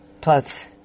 plus